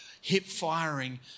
hip-firing